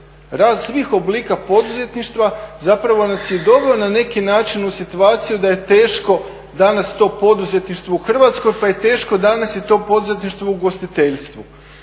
rad svih oblika poduzetništva zapravo nas je doveo na neki način u situaciju da je teško danas to poduzetništvo u Hrvatskoj pa je teško danas i to poduzetništvo u ugostiteljstvu.